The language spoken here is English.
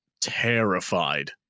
terrified